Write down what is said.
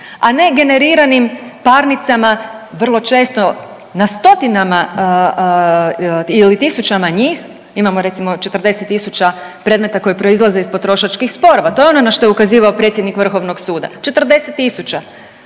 a ne generiranim parnicama, vrlo često na stotinama ili tisućama njih, imamo recimo 40 tisuća predmeta koji proizlaze iz potrošačkih sporova, to je ono na što je ukazivao predsjednik vrhovnog suda, 40